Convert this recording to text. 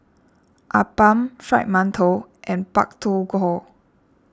Appam Fried Mantou and Pak Thong Ko